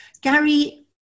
Gary